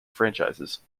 franchises